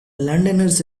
londoners